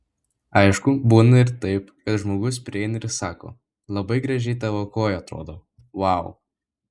aišku būna ir taip kad žmogus prieina ir sako labai gražiai tavo koja atrodo vau